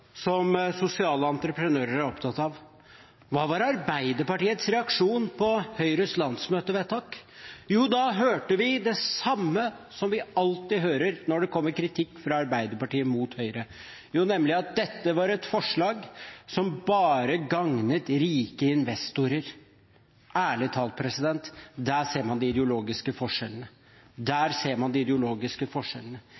som sosiale entreprenører er opptatt av. Hva var Arbeiderpartiets reaksjon på Høyres landsmøtevedtak? Jo, da hørte vi det samme som vi alltid hører når det kommer kritikk fra Arbeiderpartiet mot Høyre, at dette var et forslag som bare gagnet rike investorer. Ærlig talt, der ser man de ideologiske forskjellene